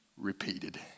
repeated